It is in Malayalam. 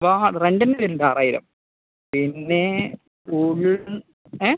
വാങ്ങാൻ റെന്റ് തന്നെ വരുന്നുണ്ട് ആറായിരം പിന്നേ ഉള്ളിൽ ഏ